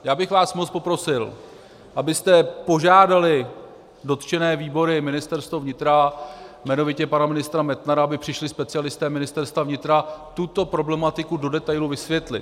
Já bych vás moc poprosil, abyste požádali dotčené výbory, Ministerstvo vnitra, jmenovitě pana ministra Metnara, aby přišli specialisté Ministerstva vnitra tuto problematiku do detailu vysvětlit.